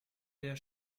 der